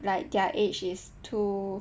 like their age is too